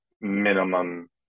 minimum